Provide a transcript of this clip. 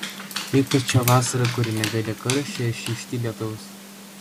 ypač šią vasarą kuri negaili karščio ir šykšti lietaus